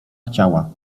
chciała